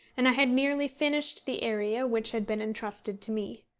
and i had nearly finished the area which had been entrusted to me.